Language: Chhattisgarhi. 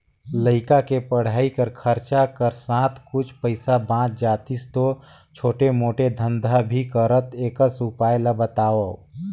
लइका के पढ़ाई कर खरचा कर साथ कुछ पईसा बाच जातिस तो छोटे मोटे धंधा भी करते एकस उपाय ला बताव?